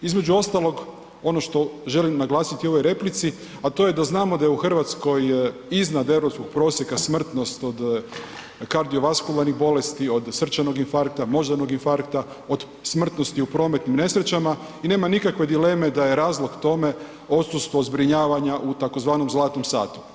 Između ostalog ono što želim naglasiti u ovoj replici, a to je da znamo da je u Hrvatskoj iznad europskog prosjeka smrtnost od kardiovaskularni bolesti, od srčanog infarkta, moždanog infarkta, od smrtnosti u prometnim nesrećama i nema nikakve dileme da je razlog tome odsustvo zbrinjavanja u tzv. zlatnom satu.